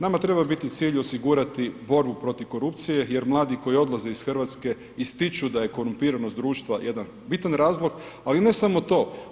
Nama treba biti cilj osigurati borbu protiv korupcije jer mladi koji odlaze iz Hrvatske ističu da je korumpiranost društva jedan bitan razlog, ali ne samo to.